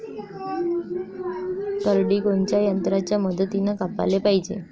करडी कोनच्या यंत्राच्या मदतीनं कापाले पायजे?